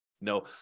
No